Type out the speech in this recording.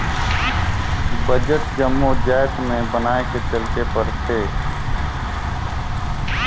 budget जम्मो जाएत में बनाए के चलेक परथे